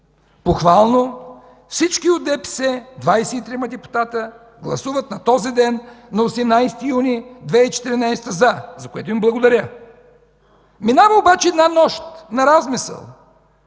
Похвално, всички от ДПС – 23 депутати, гласуват на този ден „за”, за което им благодаря. Минава обаче една нощ на размисъл,